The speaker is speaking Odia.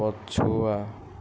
ପଛୁଆ